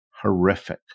horrific